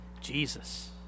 Jesus